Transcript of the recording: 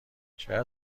شاید